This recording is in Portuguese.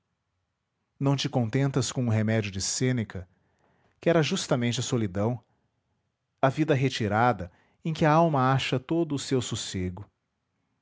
não te contentas com o remédio de sêneca que era justamente a solidão a vida retirada em que a alma acha todo o seu sossego